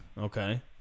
Okay